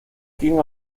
king